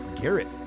Garrett